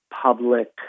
public